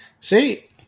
See